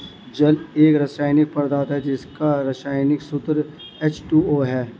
जल एक रसायनिक पदार्थ है जिसका रसायनिक सूत्र एच.टू.ओ है